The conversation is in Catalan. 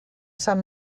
sant